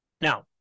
Now